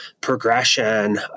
progression